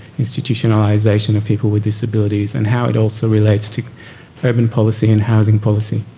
institutionalisation of people with disabilities and how it also relates to urban policy and housing policy.